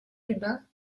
lubin